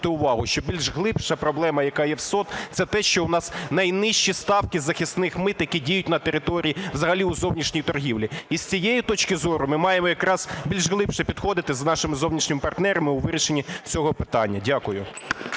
увагу, що більш глибша проблема, яка є в СОТ, це те, що в нас найнижчі ставки захисних мит, які діють на території, взагалі у зовнішній торгівлі. І з цієї точки зору ми маємо якраз більш глибше підходити з нашими зовнішніми партнерами у вирішенні цього питання. Дякую.